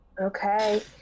Okay